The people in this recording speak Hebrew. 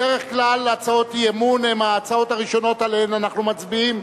בדרך כלל הצעות אי-אמון הן ההצעות הראשונות שעליהן אנחנו מצביעים,